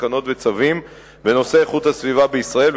תקנות וצווים בנושא איכות הסביבה בישראל,